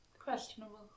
Questionable